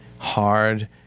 Hard